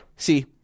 See